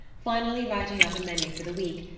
finally writing out a menu for the week,